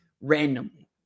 randomly